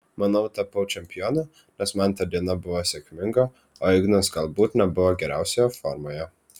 manau tapau čempionu nes man ta diena buvo sėkminga o ignas galbūt nebuvo geriausioje formoje